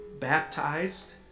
baptized